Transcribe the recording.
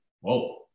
whoa